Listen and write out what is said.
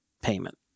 payment